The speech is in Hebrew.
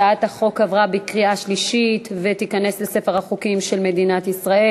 הצעת החוק עברה בקריאה שלישית ותיכנס לספר החוקים של מדינת ישראל.